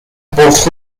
both